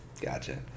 Gotcha